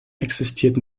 existiert